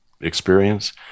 experience